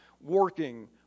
working